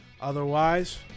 Otherwise